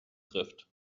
trifft